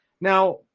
Now